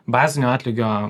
bazinio atlygio